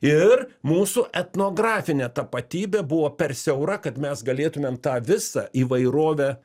ir mūsų etnografinė tapatybė buvo per siaura kad mes galėtumėm tą visą įvairovę